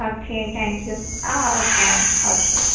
okay thank you ആ ഓക്കെയാണ് ഓക്കെയാണ്